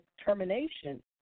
termination